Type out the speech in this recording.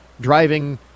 driving